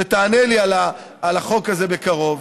שתענה לי על החוק הזה בקרוב,